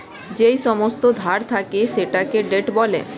যেই সমস্ত ধার থাকে সেটাকে ডেট বলে